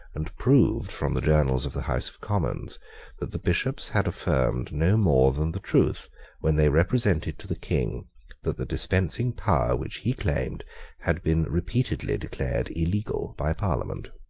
and proved from the journals of the house of commons that the bishops had affirmed no more than the truth when they represented to the king that the dispensing power which he claimed had been repeatedly declared illegal by parliament.